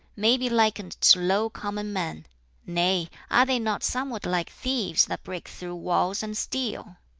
may be likened to low common men nay, are they not somewhat like thieves that break through walls and steal?